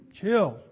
chill